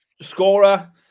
scorer